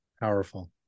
Powerful